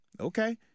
Okay